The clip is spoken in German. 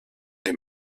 dem